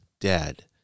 dead